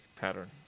pattern